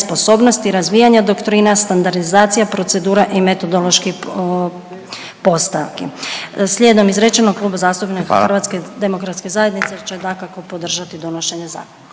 sposobnosti, razvijana doktrina, standardizacija procedura i metodološki postavki. Slijedom izrečeno, Klub zastupnika … .../Upadica: Hvala./... … HDZ-a će, dakako, podržati donošenje zakona.